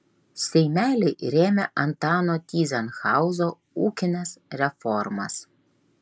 seimeliai rėmė antano tyzenhauzo ūkines reformas